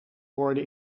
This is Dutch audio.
worden